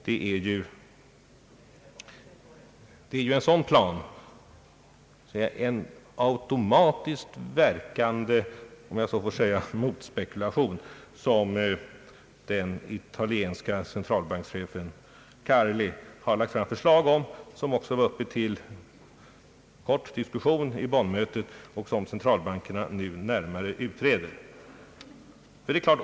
Det är ju en sådan plan, en automatiskt verkande — om jag så får säga — motspekulation, som den italienske centralbankschefen Carli har lagt fram förslag om, som också var uppe till diskussion vid Bonnmötet och som centralbankerna nu närmare utreder.